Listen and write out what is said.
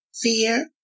fear